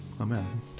Amen